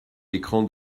écran